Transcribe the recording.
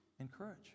encourage